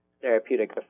therapeutic